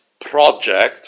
project